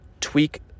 tweak